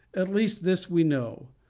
at least this we know,